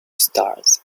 stars